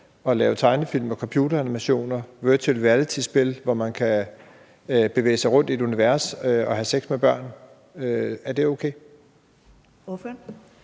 at lave tegnefilm, computeranimationer og virtual reality-spil, hvor man kan bevæge sig rundt i et univers og have sex med børn – er det okay?